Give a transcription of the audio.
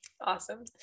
Awesome